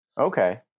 Okay